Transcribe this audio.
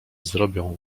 zrobią